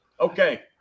Okay